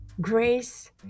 grace